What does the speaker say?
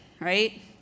right